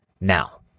now